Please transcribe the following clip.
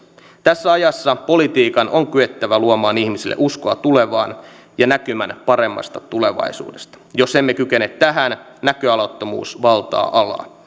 tässä ajassa politiikan on kyettävä luomaan ihmisille uskoa tulevaan ja näkymää paremmasta tulevaisuudesta jos emme kykene tähän näköalattomuus valtaa alaa